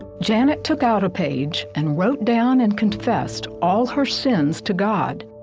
janet took out a page and wrote down and confessed all her sins to god.